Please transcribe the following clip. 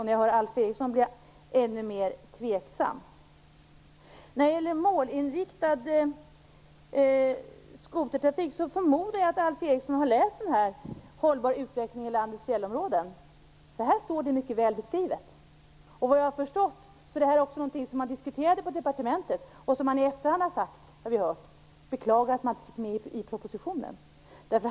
När jag hör Alf Eriksson blir jag ännu mer tveksam. När det gäller målinriktad skotertrafik förmodar jag att Alf Eriksson har läst betänkandet om en hållbar utveckling i landets fjällområden. Där står det mycket väl beskrivet. Såvitt jag förstår är det här någonting som också diskuterats vid departementet och efterhand beklagats, det har vi hört, att man inte fick med det i propositionen.